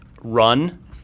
run